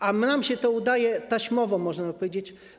A nam się to udaje taśmowo, można powiedzieć.